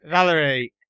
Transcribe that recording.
Valerie